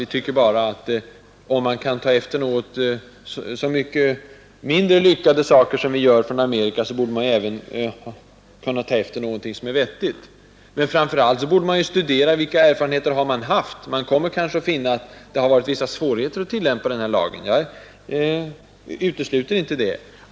Vi tycker bara att om man kan, som vi i Sverige gör, ta efter så många mindre lyckade saker från Amerika, borde man även kunna ta efter någonting som är vettigt. Men framför allt borde man studera vilka erfarenheter som USA har haft av lagen. Man kommer kanske att finna att det har varit vissa svårigheter att tillämpa den här lagen. Jag utesluter inte det.